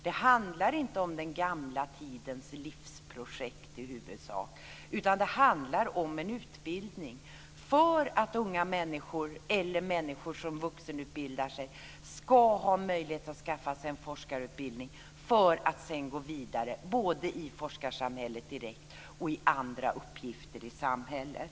Det handlar inte om den gamla tidens livsprojekt i huvudsak, utan det handlar om en utbildning för att unga människor eller människor som vuxenutbildar sig ska ha möjlighet att skaffa sig en forskarutbildning för att sedan gå vidare både i forskarsamhället direkt och i andra uppgifter i samhället.